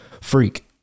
freak